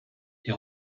les